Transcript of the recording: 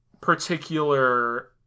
particular